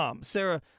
Sarah